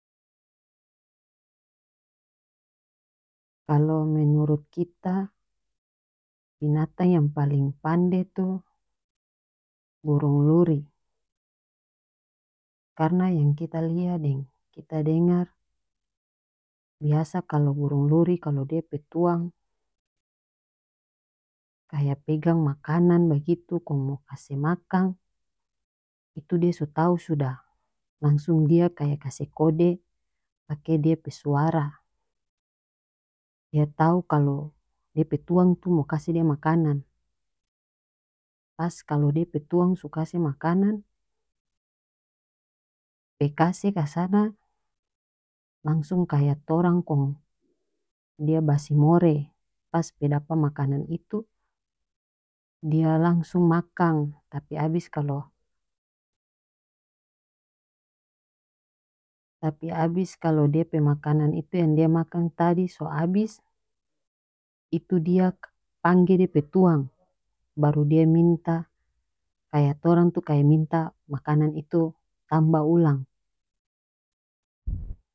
Kalo menurut kita binatang yang paleng pande tu burung luri karena yang kita lia deng kita dengar biasa kalo burung luri kalo dia pe tuang kaya pegang makanan bagitu kong mo kase makang itu dia so tau sudah langsung dia kaya kase kode pake dia pe suara dia tau kalo dia pe tuang tu mo kase dia makanan pas dia pe tuang kalo so kase makanan pe kase kasana langsung kaya torang kong dia basimore pas pe dapa makanan itu dia langsung makan tapi abis kalo-tapi abis kalo dia pe makanan itu yang dia makang tadi so abis itu dia pangge dia pe tuang baru dia minta kaya torang tu kaya minta makanan itu tambah ulang.